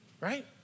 right